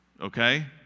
Okay